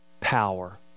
power